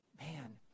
Man